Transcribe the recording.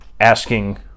asking